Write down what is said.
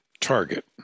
target